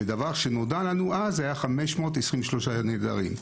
ומה שנודע לנו אז 523 אזרחים נעדרים.